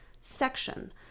section